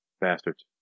Bastards